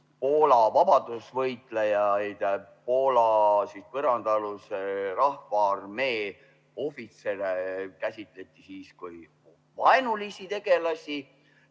Poola vabadusvõitlejaid, Poola põrandaaluse rahvaarmee ohvitsere käsitleti kui vaenulisi tegelasi,